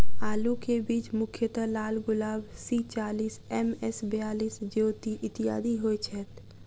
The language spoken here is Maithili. आलु केँ बीज मुख्यतः लालगुलाब, सी चालीस, एम.एस बयालिस, ज्योति, इत्यादि होए छैथ?